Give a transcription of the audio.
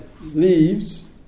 leaves